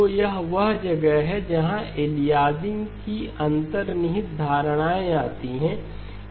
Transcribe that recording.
तो यह वह जगह है जहां अलियासिंग की अंतर्निहित धारणाएं आती हैं